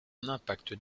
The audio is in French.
impact